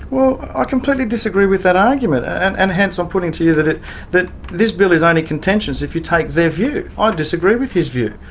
well, i completely disagree with that argument, and and hence i'm putting to you that that this bill is only contentious if you take their view. i ah disagree with his view,